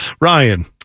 ryan